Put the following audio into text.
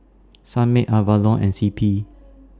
Sunmaid Avalon and CP